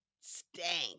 stank